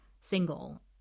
single